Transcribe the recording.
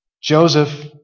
Joseph